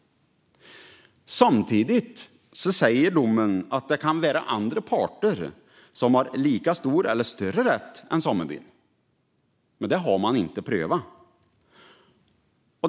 Samtidigt säger domen att det kan finnas andra parter som har lika stor eller större rätt än samebyn, men det har man inte prövat.